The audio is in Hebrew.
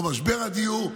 או משבר הדיור,